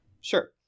Sure